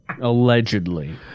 Allegedly